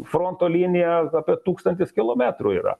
fronto linija apie tūkstantis kilometrų yra